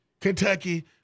Kentucky